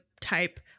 type